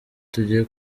tugiye